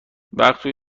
وقتی